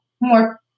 more